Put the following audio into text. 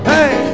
Hey